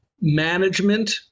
management